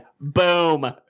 Boom